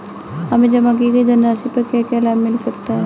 हमें जमा की गई धनराशि पर क्या क्या लाभ मिल सकता है?